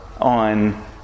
on